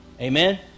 Amen